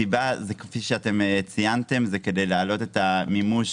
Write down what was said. הסיבה כפי שאתם ציינתם להעלות את המימוש